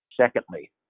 Secondly